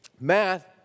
math